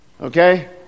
Okay